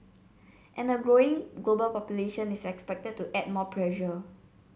and a growing global population is expected to add more pressure